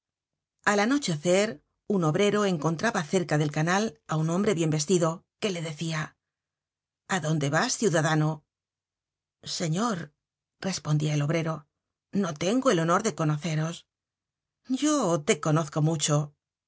al anochecer un obrero encontraba cerca del canal á un hombre bien vestido que le decia a dónde vas ciudadano señor respondia el obrero no tengo el honor de conoceros yo te conozco mucho